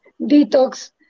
detox